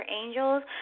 angels